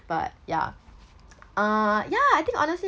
but ya uh ya I think honestly